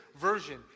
version